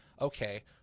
Okay